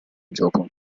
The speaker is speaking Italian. gioco